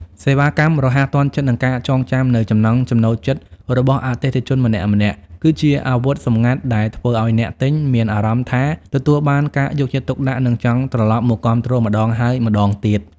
សេវាកម្មរហ័សទាន់ចិត្ត និងការចងចាំនូវចំណង់ចំណូលចិត្តរបស់អតិថិជនម្នាក់ៗ គឺជាអាវុធសម្ងាត់ដែលធ្វើឱ្យអ្នកទិញមានអារម្មណ៍ថាទទួលបានការយកចិត្តទុកដាក់ និងចង់ត្រឡប់មកគាំទ្រម្ដងហើយម្ដងទៀត។